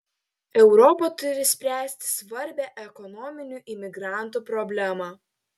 europa turi spręsti svarbią ekonominių imigrantų problemą